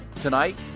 tonight